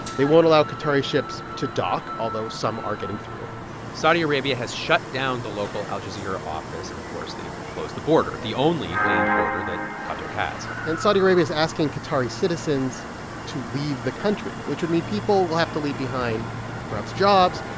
they won't allow qatari ships to dock, although some are getting through saudi arabia has shut down the local al-jazeera office. and of course, they've closed the border, the only land border that qatar has and saudi arabia is asking qatari citizens to leave the country, which would mean people will have to leave behind perhaps jobs,